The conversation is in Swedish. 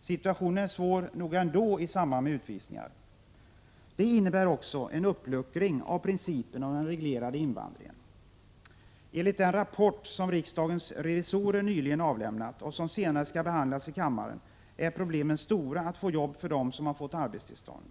Situationen är svår nog ändå i samband med utvisningar. Det innebär också en uppluckring av principen om den reglerade invandringen. Enligt den rapport som riksdagens revisorer nyligen har avlämnat och som senare skall behandlas i kammaren är problemen stora att skaffa jobb åt dem som har fått arbetstillstånd.